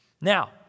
Now